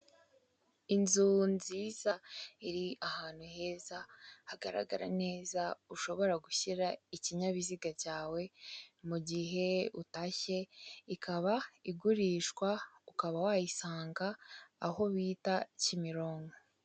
Inzu nziza, iri ahantu heza, hagaragara neza, ushobora gushyira ikinyabiziga cyawe mu gihe utashye, ikaba igurishwa, ukaba wayisanga aho bita Kimironko.